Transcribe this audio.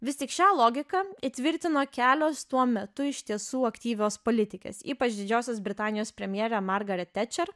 vis tik šią logiką įtvirtino kelios tuo metu iš tiesų aktyvios politikės ypač didžiosios britanijos premjerė margaret tečer